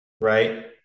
right